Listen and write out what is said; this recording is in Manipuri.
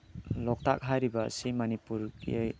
ꯂꯣꯛꯇꯥꯛ ꯍꯥꯏꯔꯤꯕ ꯑꯁꯤ ꯃꯅꯤꯄꯨꯔꯒꯤ